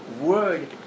word